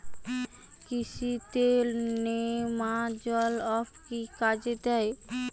কৃষি তে নেমাজল এফ কি কাজে দেয়?